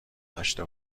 داشته